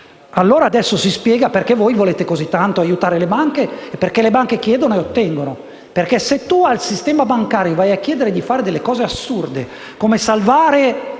ponte. Adesso si spiega perché voi volete così tanto aiutare le banche e perché le banche chiedono e ottengono. Se al sistema bancario si chiede di fare cose assurde come salvare